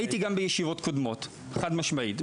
הייתי גם בישיבות קודמות, חד-משמעית.